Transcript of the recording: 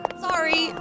Sorry